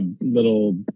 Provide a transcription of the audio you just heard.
little